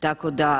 Tako da